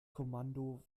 kommando